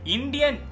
Indian